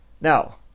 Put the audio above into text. Now